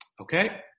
okay